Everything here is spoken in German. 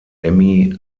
emmy